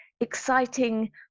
exciting